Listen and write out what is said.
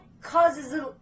causes